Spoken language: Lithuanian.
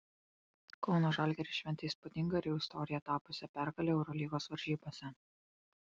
kauno žalgiris šventė įspūdingą ir jau istorija tapusią pergalę eurolygos varžybose